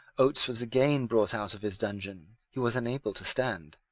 oates was again brought out of his dungeon. he was unable to stand,